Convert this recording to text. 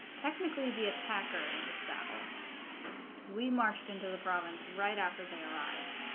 technically the attacker in this battle we marched into the province right after they arrived